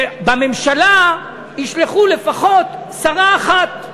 שמהממשלה ישלחו לפחות שרה אחת.